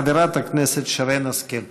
חברת הכנסת שרן השכל.